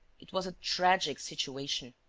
it was a tragic situation.